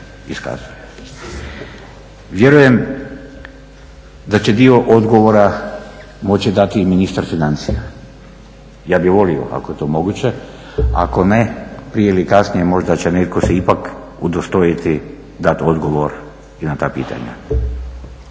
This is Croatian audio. Vjerujem da će dio odgovora moći dati ministar financija, ja bih volio ako je to moguće. Ako ne, prije ili kasnije možda će se netko ipak udostojiti dat odgovor i na ta pitanja.